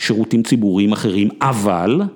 שירותים ציבוריים אחרים אבל